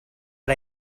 but